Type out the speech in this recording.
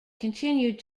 continued